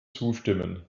zustimmen